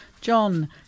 John